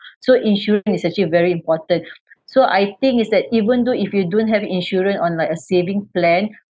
so insurance is actually a very important so I think is that even though if you don't have insurance on like a saving plan